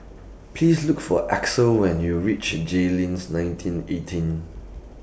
Please Look For Axel when YOU REACH Jayleen's nineteen eighteen